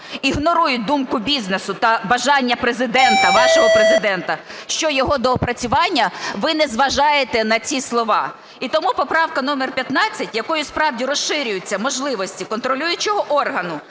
ігнорують думку бізнесу та бажання Президента, вашого Президента, щодо його доопрацювання, ви не зважаєте на ці слова. І тому поправка номер 15, якою справді розширюються можливості контролюючого органу